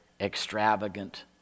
extravagant